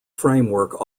framework